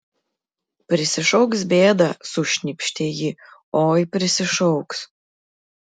prisišauks bėdą sušnypštė ji oi prisišauks